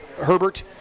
Herbert